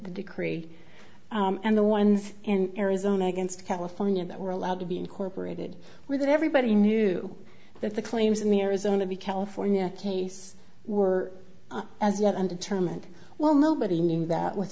the decree and the ones in arizona against california that were allowed to be incorporated were that everybody knew that the claims in the arizona be california case were as yet undetermined well nobody knew that with